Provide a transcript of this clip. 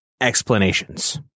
explanations